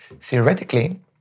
Theoretically